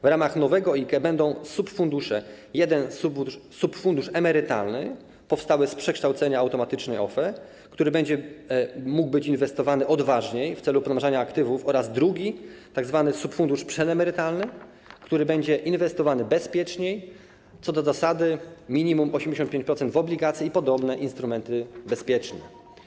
W ramach nowego IKE będą subfundusze - jeden subfundusz emerytalny powstały z przekształcenia automatycznie OFE, który będzie mógł być inwestowany odważniej w celu pomnażania aktywów, oraz drugi, tzw. subfundusz przedemerytalny, który będzie inwestowany bezpieczniej, co do zasady minimum 85% w obligacje i podobne instrumenty bezpieczne.